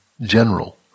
general